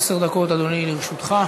עשר דקות, אדוני, לרשותך.